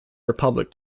republic